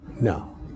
No